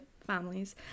families